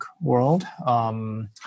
world